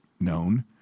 known